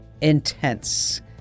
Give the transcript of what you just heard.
intense